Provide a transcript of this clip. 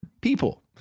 people